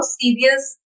serious